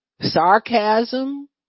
Sarcasm